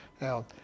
Now